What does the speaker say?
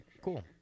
Cool